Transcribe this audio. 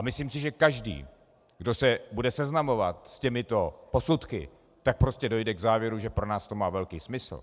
Myslím si, že každý, kdo se bude seznamovat s těmito posudky, tak prostě dojde k závěru, že pro nás to má velký smysl.